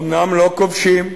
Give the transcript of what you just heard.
אומנם לא כובשים,